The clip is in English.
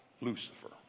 Lucifer